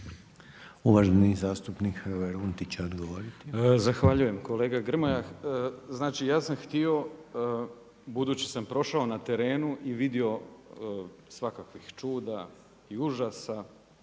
**Runtić, Hrvoje (MOST)** Zahvaljujem. Kolega Grmoja, znači ja sam htio, budući sam prošao na terenu i vidio svakakvih čuda i užasa,